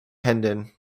hendon